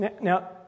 Now